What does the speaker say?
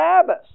sabbath